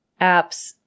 apps